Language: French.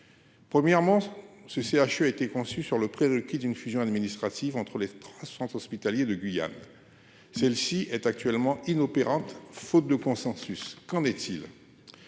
Premièrement ce CHU a été conçu sur le pré de qui, d'une fusion administrative entre les trois centres hospitaliers de Guyane. Celle-ci est actuellement inopérante, faute de consensus. Qu'en est-il.